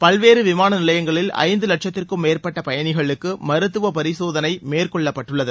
பல்வேறு விமான நிலையங்களில் ஐந்து வட்சத்திற்கும் மேற்பட்ட பயணிகளுக்கு மருத்துவ பரிசோதனை மேற்கொள்ளப்பட்டுள்ளது